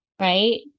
right